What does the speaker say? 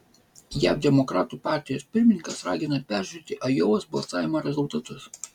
jav demokratų partijos pirmininkas ragina peržiūrėti ajovos balsavimo rezultatus